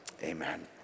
Amen